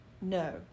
No